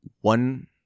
one